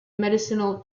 medicinal